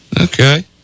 Okay